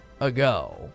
ago